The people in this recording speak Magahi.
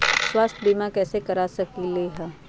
स्वाथ्य बीमा कैसे करा सकीले है?